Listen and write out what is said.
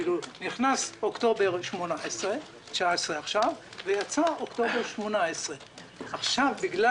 נכנס אוקטובר 2019 עכשיו ויצא אוקטובר 2018. בגלל